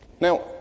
Now